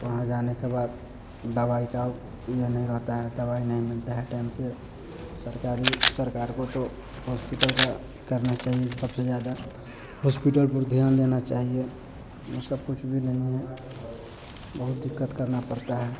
वहाँ जाने के बाद दवाई का यह नहीं रहता है दवाई नहीं मिलती है टाइम पर सरकारी सरकार को तो होस्पिटल का करना चाहिए कि सबसे ज़्यादा होस्पिटल पर ध्यान देना चाहिए ऐसा कुछ भी नहीं है बहुत दिक़्क़त करनी पड़ती है